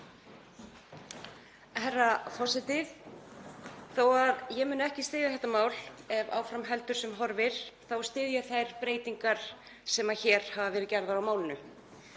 Herra forseti. Þó að ég muni ekki styðja þetta mál ef fram heldur sem horfir þá styð ég þær breytingar sem hér hafa verið gerðar á málinu.